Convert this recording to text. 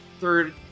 third